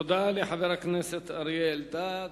תודה לחבר הכנסת אריה אלדד.